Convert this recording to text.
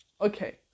okay